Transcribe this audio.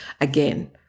again